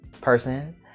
person